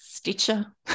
Stitcher